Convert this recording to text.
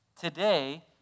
Today